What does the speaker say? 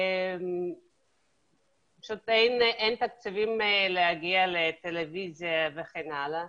פשוט אין תקציבים להגיע לטלוויזיה וכן הלאה.